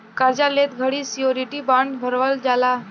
कार्जा लेत घड़ी श्योरिटी बॉण्ड भरवल जाला